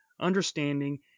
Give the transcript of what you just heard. understanding